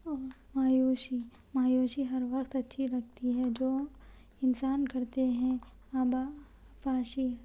مایوسی مایوسی ہر وقت اچھی لگتی ہے جو انسان کرتے ہیں آبپاشی